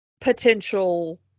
potential